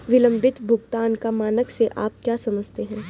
विलंबित भुगतान का मानक से आप क्या समझते हैं?